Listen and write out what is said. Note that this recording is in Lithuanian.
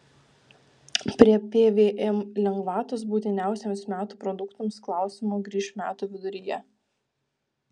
prie pvm lengvatos būtiniausiems metų produktams klausimo grįš metų viduryje